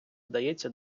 здається